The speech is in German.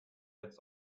jetzt